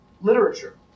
literature